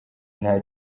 nta